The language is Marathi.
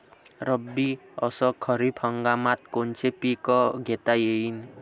रब्बी अस खरीप हंगामात कोनचे पिकं घेता येईन?